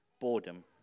boredom